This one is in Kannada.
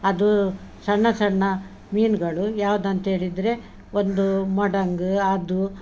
ಅದು ಸಣ್ಣ ಸಣ್ಣ ಮೀನುಗಳು ಯಾವ್ದಂತೇಳಿದರೆ ಒಂದು ಮೊಡಂಗು ಅದು